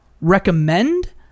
recommend